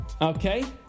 Okay